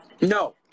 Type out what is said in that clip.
No